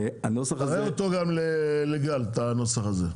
תראה אותו גם לגל את הנוסח הזה.